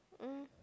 um